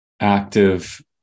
active